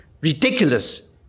ridiculous